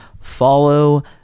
follow